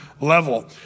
level